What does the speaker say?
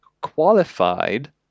qualified